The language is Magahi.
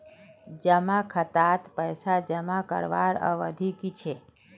जमा खातात पैसा जमा करवार अवधि की छे?